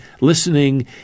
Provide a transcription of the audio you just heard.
listening